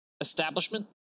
establishment